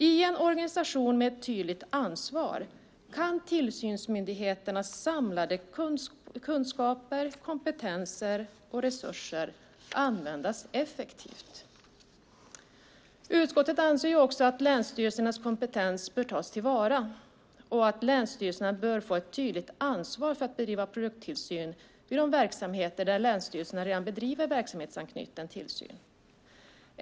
I en organisation med ett tydligare ansvar kan tillsynsmyndigheternas samlade kunskaper, kompetenser och resurser användas effektivt. Utskottet anser att länsstyrelsernas kompetens bör tas till vara och att länsstyrelserna bör få ett tydligt ansvar för att bedriva produkttillsyn vid de verksamheter där länsstyrelserna redan bedriver verksamhetsanknuten tillsyn.